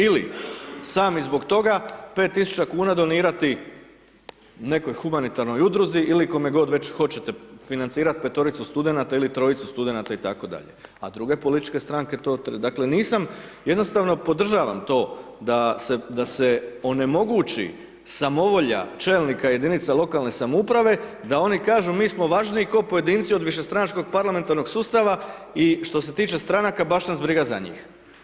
Ili sami zbog toga 5.000 kuna donirati nekoj humanitarnoj udruzi ili kome god već hoćete, financirat petoricu studenata ili trojicu studenata itd., a druge političke stranke to, dakle nisam jednostavno podržavam to da se, da se onemogući samovolja čelnika jedinica lokalne samouprave da oni kažu mi smo važniji ko pojedinci od višestranačkog parlamentarnog sustava i što se tiče stranaka baš nas briga za njih.